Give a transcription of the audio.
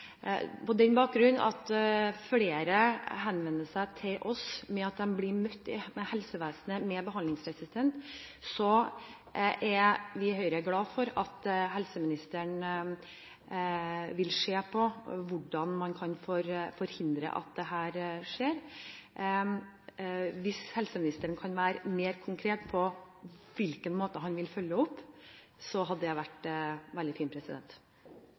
På den bakgrunn at flere henvendte seg til oss med at de blir møtt i helsevesenet med «behandlingsresistent», er vi i Høyre glad for at helseministeren vil se på hvordan man kan forhindre at dette skjer. Hvis helseministeren kunne være mer konkret på hvilken måte han vil følge opp på, hadde det vært veldig fint.